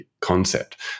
concept